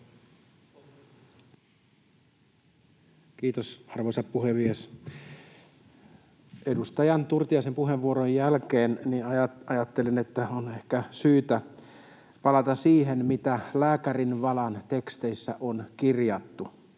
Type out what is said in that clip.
Kiitos, arvoisa puhemies! Edustaja Turtiaisen puheenvuoron jälkeen ajattelin, että on ehkä syytä palata siihen, mitä lääkärinvalan teksteissä on kirjattu: